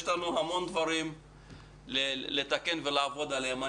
יש לנו המון דברים לתקן ולעבוד עליהם.